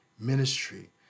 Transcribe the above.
ministry